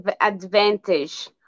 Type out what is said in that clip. advantage